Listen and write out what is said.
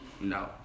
No